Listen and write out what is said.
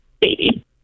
baby